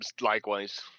Likewise